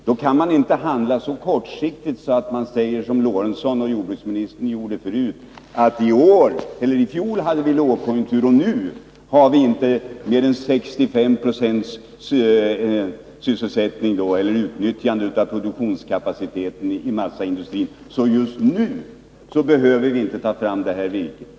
Då kan man inte handla så kortsiktigt som Sven Eric Lorentzon och jordbruksministern vill då de sade att i fjol hade vi lågkonjunktur, nu har vi inte mer än 65 90 utnyttjande av produktionskapaciteten i massaindustrin. Just nu behöver vi inte ta fram det här virket.